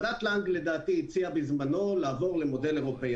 לדעתי, ועדת לנג הציעה בזמנו לעבור למודל אירופאי.